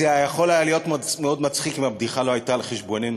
זה יכול היה להיות מאוד מצחיק אם הבדיחה לא הייתה על חשבוננו.